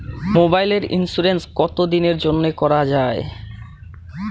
মোবাইলের ইন্সুরেন্স কতো দিনের জন্যে করা য়ায়?